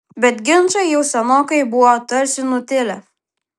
bet ginčai jau senokai buvo tarsi nutilę